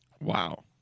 Wow